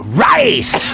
rice